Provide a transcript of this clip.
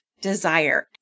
desire